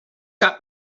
cap